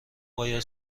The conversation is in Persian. باید